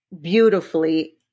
beautifully